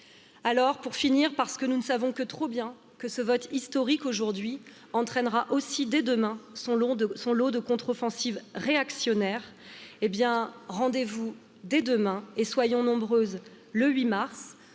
Pour finir, parce que nous ne savons que trop bien que ce vote historique aujourd'hui entraînera aussi, dès demain, son lot, de son lot de contre offensives réactionnaires. Eh bien, rendez vous dès demain et nombreux, le 8 mars